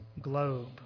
globe